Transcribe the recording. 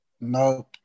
No